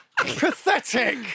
Pathetic